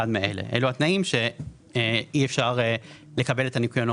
מאלה: אלו התנאים שאי אפשר לקבל את הניכוי הנורמטיבי.